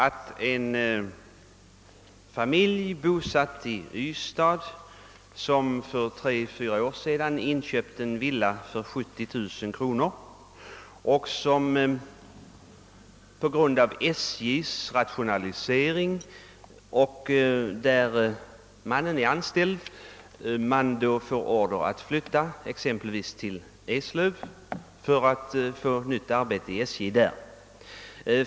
En familj i Ystad köpte för tre—fyra år sedan en villa för 70 000 kronor. På grund av rationaliseringar vid SJ, där mannen är anställd, blev familjen tvungen att flytta till Eslöv, där nytt arbete vid SJ kan erhållas.